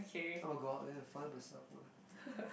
oh-my-god then find myself one